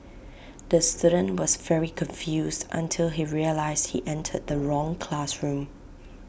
the student was very confused until he realised he entered the wrong classroom